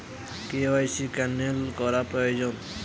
KYC cancel করা প্রয়োজন?